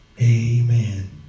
amen